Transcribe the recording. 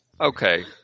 Okay